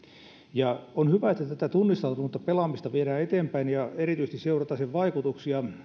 ja on hyvä että tunnistautunutta pelaamista viedään eteenpäin ja erityisesti seurataan sen vaikutuksia